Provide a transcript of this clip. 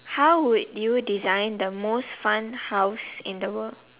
how would you design the most fun house in the world